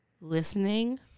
listening